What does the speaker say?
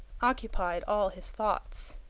occupied all his thoughts.